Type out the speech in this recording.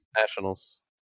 Nationals